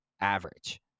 average